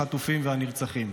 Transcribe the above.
החטופים והנרצחים.